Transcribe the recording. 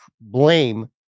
blame